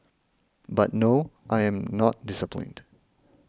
but no I'm not disciplined